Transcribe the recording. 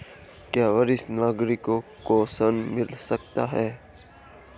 क्या वरिष्ठ नागरिकों को ऋण मिल सकता है?